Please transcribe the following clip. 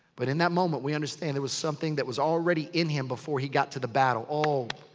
but in that moment, we understand. there was something that was already in him, before he got to the battle. oh!